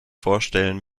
vorstellen